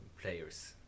players